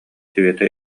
света